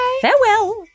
farewell